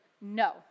no